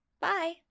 Bye